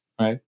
right